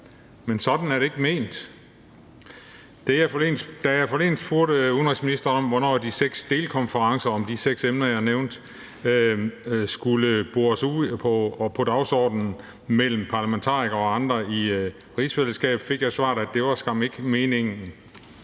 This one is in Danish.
men sådan er det ikke ment. Da jeg forleden spurgte udenrigsministeren om, hvornår de seks emner, jeg nævnte, skulle bores ud og sættes på dagsordenen for seks delkonferencer mellem parlamentarikere og andre i rigsfællesskabet, fik jeg svaret, at det skam ikke var meningen.